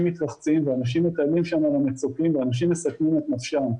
מתרחצים ואנשים על המצוקים ומסכנים את נפשם.